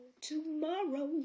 tomorrow